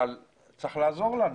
אבל צריך לעזור לנו.